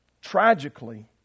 tragically